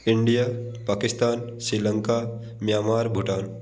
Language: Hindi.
India Pakistan Sri Lanka Myanmar Bhutan